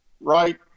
right